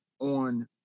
on